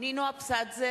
נינו אבסדזה,